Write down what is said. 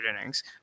innings